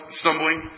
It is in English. stumbling